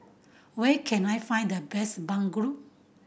where can I find the best bandung